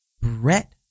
Brett